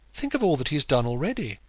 think of all that he has done already.